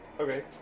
Okay